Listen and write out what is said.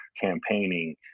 campaigning